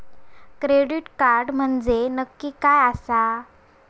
Credit card म्हंजे नक्की काय आसा?